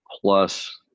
plus